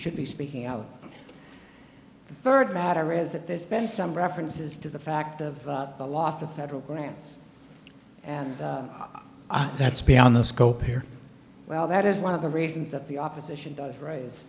should be speaking out on the third matter is that there's been some references to the fact of the loss of federal grants and that's beyond the scope here well that is one of the reasons that the opposition does raise